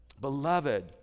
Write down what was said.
Beloved